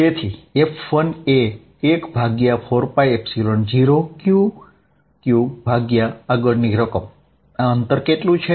તો અહીં F1 આ રીતે મેળવી શકાશે અહીં 14π0Q q છે આ અંતર શું છે